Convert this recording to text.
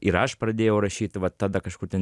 ir aš pradėjau rašyt va tada kažkur ten